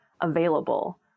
available